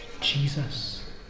Jesus